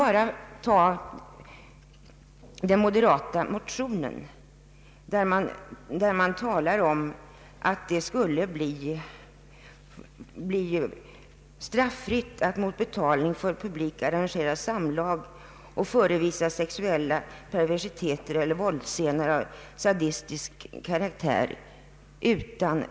I den moderata motionen talas om att det skulle bli straffritt att mot betalning för publik arrangera samlag och förevisa sexuella perversiteter eller våldsscener av sadistisk karaktär.